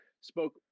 spoke